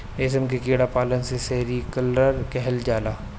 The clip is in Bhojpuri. रेशम के कीड़ा पालन के सेरीकल्चर कहल जाला